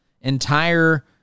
entire